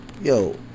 Yo